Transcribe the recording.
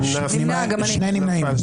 הצבעה לא אושרה נפל.